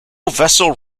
vessel